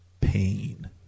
Pain